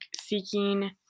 seeking